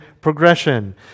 progression